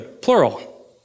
plural